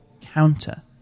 counter